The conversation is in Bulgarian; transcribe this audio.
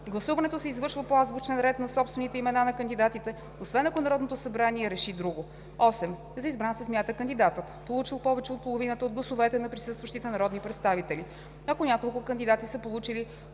гласуването се извършва по азбучен ред на собствените имена на кандидатите, освен ако Народното събрание реши друго. 8. За избран се смята кандидатът, получил повече от половината от гласовете на присъстващите народни представители. Ако няколко кандидати са получили